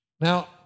Now